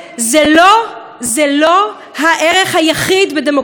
זה לא הערך היחיד בדמוקרטיה.